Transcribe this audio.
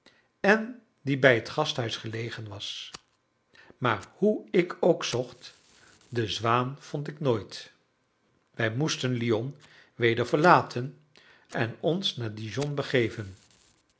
en die bij het gasthuis gelegen was maar hoe ik ook zocht de zwaan vond ik nooit wij moesten lyon weder verlaten en ons naar dijon begeven